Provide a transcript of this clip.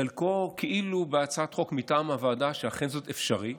חלקו כאילו בהצעת חוק מטעם הוועדה, שאכן זה אפשרי,